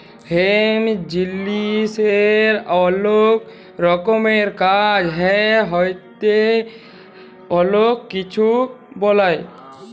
hemp জিলিসের অলেক রকমের কাজ হ্যয় ইটতে অলেক কিছু বালাই